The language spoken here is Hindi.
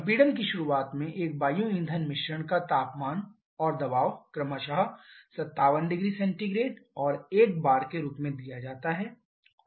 संपीड़न की शुरुआत में एक वायु ईंधन मिश्रण का तापमान और दबाव क्रमशः 57 0C और 1 bar के रूप में दिया जाता है